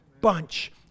bunch